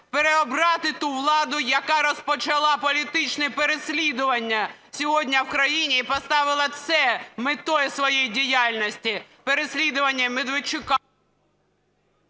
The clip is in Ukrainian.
переобрати ту владу, яка розпочала політичне переслідування сьогодні в країні і поставила це метою своєї діяльності, переслідування Медведчука…